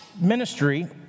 ministry